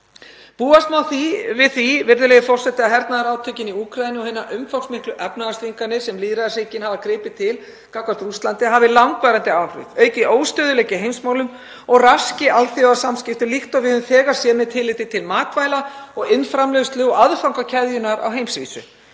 Búast má við því, virðulegi forseti, að hernaðarátökin í Úkraínu og hinar umfangsmiklu efnahagsþvinganir sem lýðræðisríkin hafa gripið til gagnvart Rússlandi hafi langvarandi áhrif, auki óstöðugleika í heimsmálum og raski alþjóðasamskiptum líkt og við höfum þegar séð með tilliti til matvæla og iðnframleiðslu og aðfangakeðjunnar á heimsvísu.